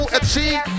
achieve